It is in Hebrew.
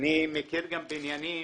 אני מכיר גם בניינים